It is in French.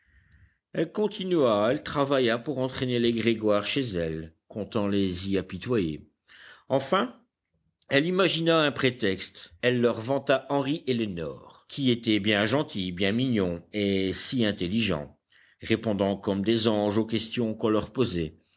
elle continua elle travailla pour entraîner les grégoire chez elle comptant les y apitoyer enfin elle imagina un prétexte elle leur vanta henri et lénore qui étaient bien gentils bien mignons et si intelligents répondant comme des anges aux questions qu'on leur posait